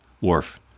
Worf